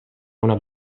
una